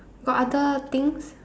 got other things